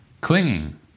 clinging